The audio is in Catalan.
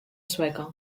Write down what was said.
sueca